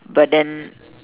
but then